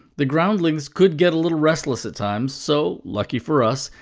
the groundlings could get a little restless at times, so lucky for us,